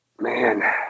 Man